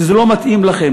שזה לא מתאים לכם.